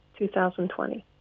2020